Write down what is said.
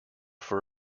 for